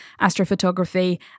astrophotography